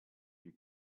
you